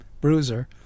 Bruiser